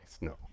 no